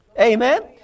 Amen